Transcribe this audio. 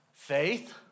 Faith